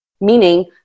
meaning